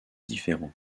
différents